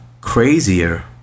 crazier